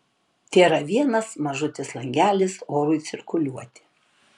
tėra vienas mažutis langelis orui cirkuliuoti